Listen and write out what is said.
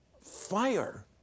Fire